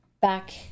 Back